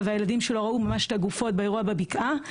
והילדים שלו ראו ממש את הגופות באירוע בבקעה.